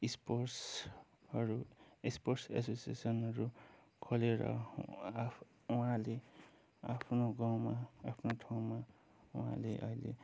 स्पोर्ट्सहरू स्पोर्ट्स एसोसिएसनहरू खोलेर उहाँले आफ्नो गाउँमा आफ्नो ठाउँमा उहाँले अहिले